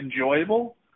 enjoyable